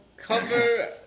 cover